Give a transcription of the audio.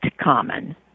common